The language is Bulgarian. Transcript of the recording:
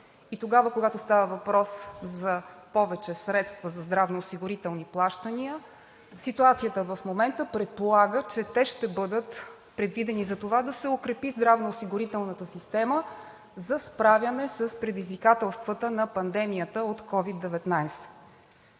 и тогава, когато става въпрос за повече средства за здравноосигурителни плащания. Ситуацията в момента предполага, че те ще бъдат предвидени за това да се укрепи здравноосигурителната система за справяне с предизвикателствата на пандемията от COVID-19.